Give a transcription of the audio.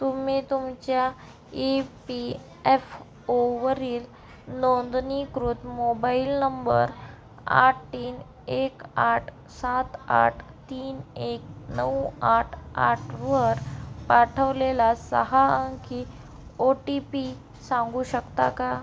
तुम्ही तुमच्या E P F ओवरील नोंदणीकृत मोबाईल नंबर आठ तीन एक आठ सात आठ तीन एक नऊ आठ आठवर पाठवलेला सहा अंकी ओ टी पी सांगू शकता का